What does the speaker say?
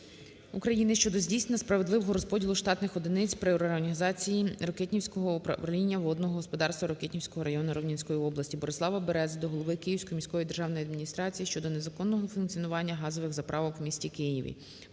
України щодо здійснення справедливого розподілу штатних одиниць при реорганізації Рокитнівського управління водного господарства Рокитнівського району Рівненської області. Борислава Берези до голови Київської міської державної адміністрації щодо незаконного функціонування газових заправок у місті Києві.